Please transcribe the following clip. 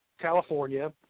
California